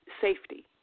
safety